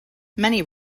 many